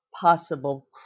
possible